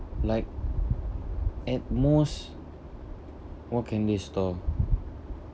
like at most what can they store